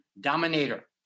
dominator